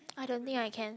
I don't think I can